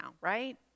right